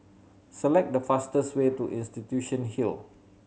select the fastest way to Institution Hill